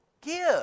Give